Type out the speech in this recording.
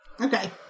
Okay